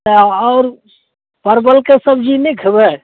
तऽ परवलके सब्जी नहि खेबै